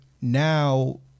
now